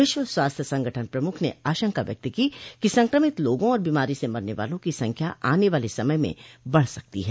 विश्व स्वास्थ्य संगठन प्रमुख ने आशंका व्यक्त की कि संक्रमित लोगों और बीमारी से मरने वालों की संख्या आने वाले समय में बढ सकती है